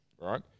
right